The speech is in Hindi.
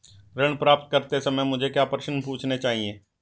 ऋण प्राप्त करते समय मुझे क्या प्रश्न पूछने चाहिए?